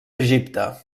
egipte